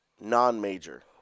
non-major